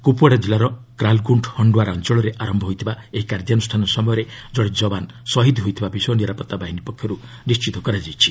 କ୍ରପ୍ୱାଡ଼ା ଜିଲ୍ଲାର କ୍ରାଲ୍ଗୁଣ୍ଡ ହଣ୍ଡ୍ୱାରା ଅଞ୍ଚଳରେ ଆରମ୍ଭ ହୋଇଥିବା ଏହି କାର୍ଯ୍ୟାନୁଷ୍ଠାନ ସମୟରେ ଜଣେ ଯବାନ ଶହୀଦ୍ ହୋଇଥିବା ବିଷୟ ନିରାପତ୍ତା ବାହିନୀ ପକ୍ଷରୁ ନିର୍ଣ୍ଣିତ କରାଯାଇଛି